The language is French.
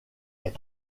est